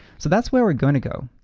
so that's where we're gonna go.